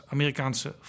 Amerikaanse